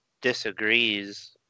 disagrees